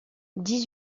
dix